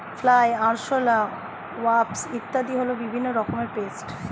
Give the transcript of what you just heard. fly, আরশোলা, wasp ইত্যাদি হল বিভিন্ন রকমের পেস্ট